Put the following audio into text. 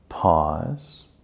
pause